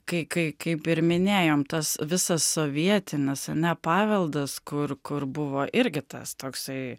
kai kai kaip ir minėjom tas visas sovietinis ar ne paveldas kur kur buvo irgi tas toksai